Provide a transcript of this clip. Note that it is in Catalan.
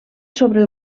sobre